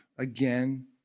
again